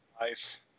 nice